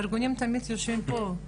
הארגונים תמיד יושבים פה,